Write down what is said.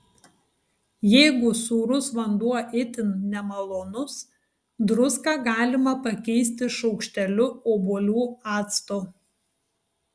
jeigu sūrus vanduo itin nemalonus druską galima pakeisti šaukšteliu obuolių acto